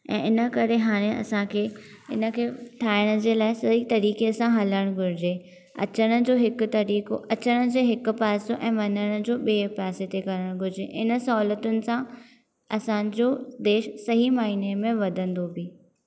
ऐं इन करे हाणे असांखे इन खे ठाहिण जे लाइ सही तरीक़े सां हलण घुरिजे अचण जो हिकु तरीक़ो अचण जो हिकु पासो ऐ वञण जो ॿिए पासे ते करणु घुरिजे इन सहुलियतुनि सां असांजो देश सही माइने मे वधंदो बि